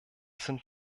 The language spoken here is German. sind